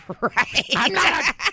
right